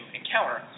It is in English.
encounter